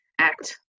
act